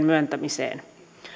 myöntämiseen